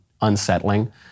unsettling